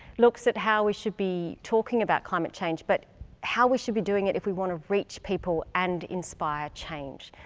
looks at how we should be talking about climate change, but how we should be doing it if we want to reach people and inspire change.